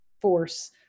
force